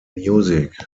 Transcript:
music